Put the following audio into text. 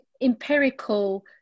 empirical